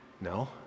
No